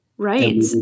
right